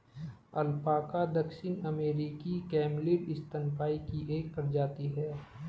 alpaca दक्षिण अमेरिकी camelid स्तनपायी की एक प्रजाति है